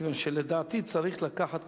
כיוון שלדעתי צריך לקחת,